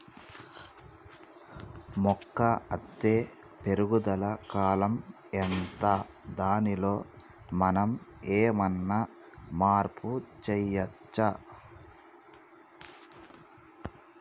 మొక్క అత్తే పెరుగుదల కాలం ఎంత దానిలో మనం ఏమన్నా మార్పు చేయచ్చా?